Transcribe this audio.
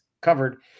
covered